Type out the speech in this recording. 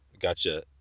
gotcha